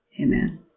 Amen